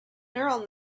neural